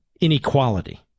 inequality